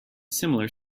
similar